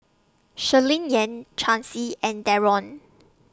Shirleyann Chancy and Darron